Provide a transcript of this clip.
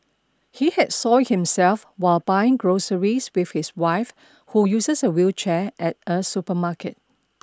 he had soiled himself while buying groceries with his wife who uses a wheelchair at a supermarket